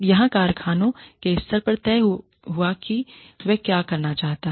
यहां कारखाने के स्तर पर तय हुआ किवह क्या करना चाहता है